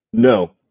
No